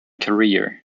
career